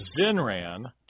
Zinran